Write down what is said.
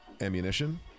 ammunition